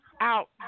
out